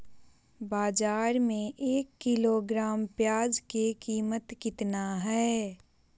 बाजार में एक किलोग्राम प्याज के कीमत कितना हाय?